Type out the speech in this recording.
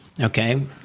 okay